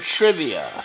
Trivia